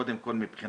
קודם כל מבחינת